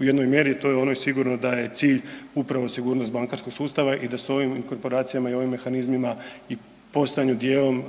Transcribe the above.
u jednoj mjeri, to je ono sigurno, da je cilj upravo sigurnost bankarskog sustava i da s ovim korporacijama i s ovim mehanizmima i postojanju dijelom